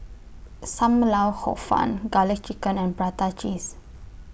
SAM Lau Hor Fun Garlic Chicken and Prata Cheese